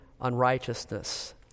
unrighteousness